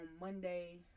Monday